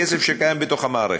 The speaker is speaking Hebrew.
עם כסף שקיים בתוך המערכת,